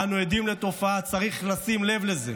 'אנו עדים לתופעה, צריך לשים לב לזה'.